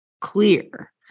clear